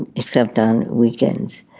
except on weekends.